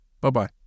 bye-bye